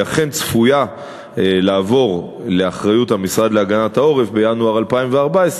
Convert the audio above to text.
היא אכן צפויה לעבור לאחריות המשרד להגנת העורף בינואר 2014,